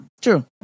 True